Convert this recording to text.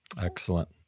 Excellent